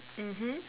mmhmm